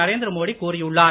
நரேந்திர மோடி கூறியுள்ளார்